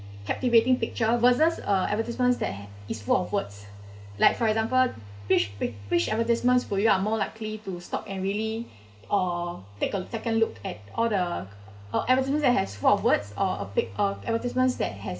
captivating picture versus a advertisements that h~ is full of words like for example which pic~ which advertisements will you are more likely to stop and really or take a second look at all the or advertisements that has full of words or a pic~ or advertisements that has